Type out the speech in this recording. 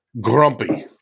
grumpy